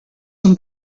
són